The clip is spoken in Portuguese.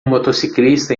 motociclista